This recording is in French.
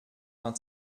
vingt